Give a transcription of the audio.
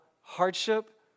hardship